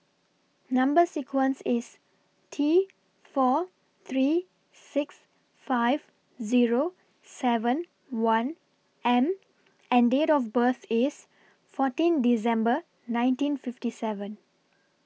Number sequence IS T four three six five Zero seven one M and Date of birth IS fourteen December nineteen fifty seven